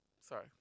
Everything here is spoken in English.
Sorry